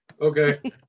Okay